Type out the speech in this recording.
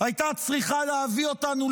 אתה מסתיר אותו.